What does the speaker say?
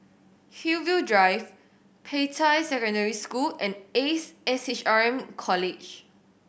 Hillview Drive Peicai Secondary School and Ace S H R M College